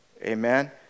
Amen